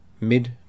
mid